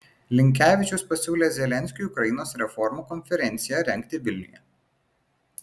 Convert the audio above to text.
linkevičius pasiūlė zelenskiui ukrainos reformų konferenciją rengti vilniuje